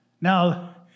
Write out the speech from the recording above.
now